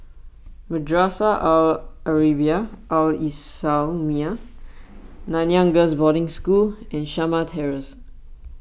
Madrasah Al Arabiah Al Islamiah Nanyang Girls' Boarding School and Shamah Terrace